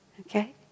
Okay